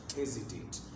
hesitate